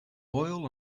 oil